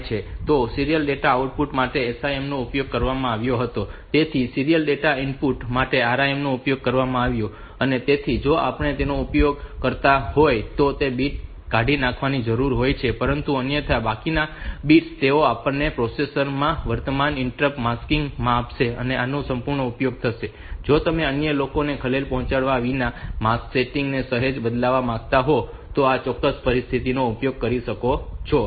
તો serial data output માટે SIM નો ઉપયોગ કરવામાં આવ્યો હતો તેથી સીરીયલ ડેટા ઇનપુટ માટે RIM નો ઉપયોગ કરવામાં આવ્યો છે તેથી જો આપણે તેનો ઉપયોગ ન કરતા હોય તો તે બીટ કાઢી નાખવાની જરૂર હોય છે પરંતુ અન્યથા બાકીના બિટ્સ તેઓ આપણને પ્રોસેસર માં વર્તમાન ઇન્ટરપ્ટ માસ્ક સેટિંગ આપશે અને આનો સંપૂર્ણ ઉપયોગ થશે જો તમે અન્ય લોકોને ખલેલ પહોંચાડ્યા વિના માસ્ક સેટિંગ ને સહેજ બદલવા માંગતા હોવ તો તમે આ ચોક્કસ પરિસ્થિતિનો ઉપયોગ કરી શકો છો